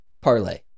parlay